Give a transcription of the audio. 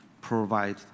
provide